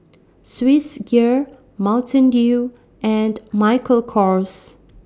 Swissgear Mountain Dew and Michael Kors